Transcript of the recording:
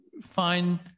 fine